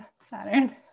Saturn